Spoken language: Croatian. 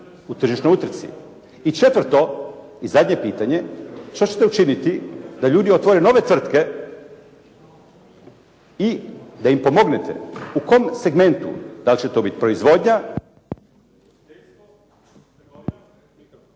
u tržišnoj utrci. I četvrto i zadnje pitanje, što ćete učiniti da ljudi otvore nove tvrtke i da im pomognete, u kom segmentu, dal će to bit proizvodnja … /Govornik